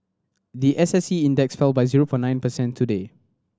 the S S E Index fell by zero point nine percent today